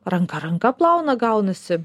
ranka ranka plauna gaunasi